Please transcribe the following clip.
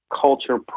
culture